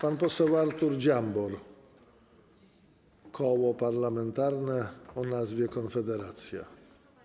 Pan poseł Artur Dziambor, koło parlamentarne o nazwie Konfederacja.